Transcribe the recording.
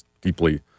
deeply